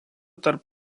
tarp